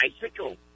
bicycle